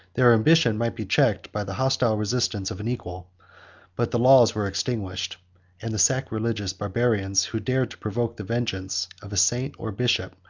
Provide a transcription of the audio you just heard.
their ambition might be checked by the hostile resistance of an equal but the laws were extinguished and the sacrilegious barbarians, who dared to provoke the vengeance of a saint or bishop,